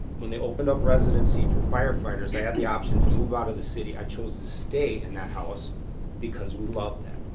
when they opened up residency for firefighters, i had the option to move out of the city, i chose to stay in that house because we loved that.